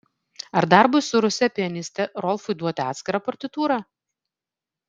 ar darbui su ruse pianiste rolfui duoti atskirą partitūrą